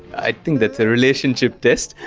i think that's a relationship test,